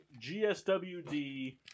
GSWD